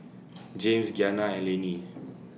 Jaymes Giana and Laney